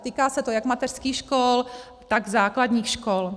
Týká se to jak mateřských škol, tak základních škol.